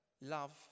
love